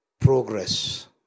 progress